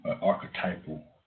archetypal